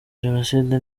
jenoside